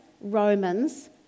Romans